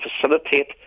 facilitate